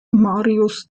marius